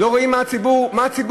לא רואים מה הציבור מרגיש.